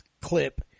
clip